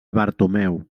bartomeu